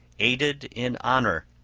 aided in honor,